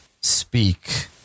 speak